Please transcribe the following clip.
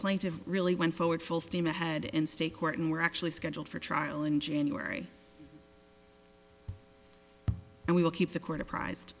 plaintiffs really went forward full steam ahead in state court and were actually scheduled for trial in january and we will keep the court apprised